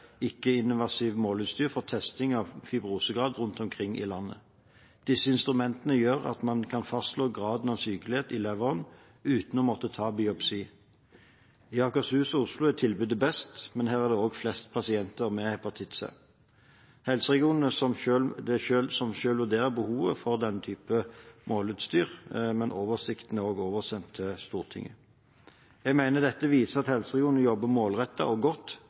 for testing av fibrosegrad rundt omkring i landet. Disse instrumentene gjør at man kan fastslå graden av sykelighet i leveren uten å måtte ta en biopsi. I Akershus og Oslo er tilbudet best, men her er det også flest pasienter med hepatitt C. Det er de regionale helseforetakene som selv må vurdere behovet for denne type måleutstyr, men oversikten er også oversendt til Stortinget. Jeg mener dette viser at helseregionene jobber målrettet og godt